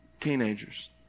teenagers